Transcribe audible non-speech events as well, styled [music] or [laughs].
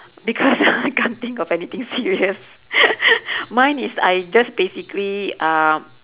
because [laughs] I can't think of anything serious [laughs] mine is I just basically uh